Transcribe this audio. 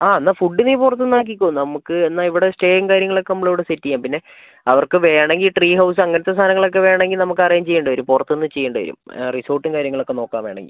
ആ എന്നാൽ ഫുഡ് നീ പുറത്തുനിന്ന് ആക്കിക്കോ നമുക്ക് എന്നാൽ ഇവിടെ സ്റ്റേയും കാര്യങ്ങളൊക്കെ നമ്മൾ ഇവിടെ സെറ്റ് ചെയ്യാം പിന്നെ അവർക്ക് വേണെങ്കിൽ ട്രീ ഹൗസ് അങ്ങനത്തെ സാധനങ്ങളൊക്കെ വേണെങ്കിൽ നമുക്ക് അറേഞ്ച് ചെയ്യേണ്ടി വരും പുറത്തുനിന്ന് ചെയ്യേണ്ടി വരും റിസോർട്ടും കാര്യങ്ങളൊക്കെ നോക്കാം വേണെങ്കിൽ